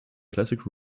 classic